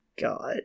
God